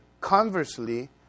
Conversely